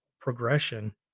progression